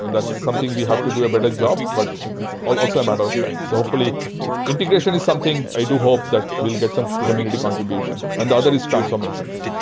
and that's something we have to do a better job, but it's it's also a matter of time. so hopefully integration is something. i do hope that we'll get some community contribution, and the other is transformation.